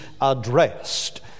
addressed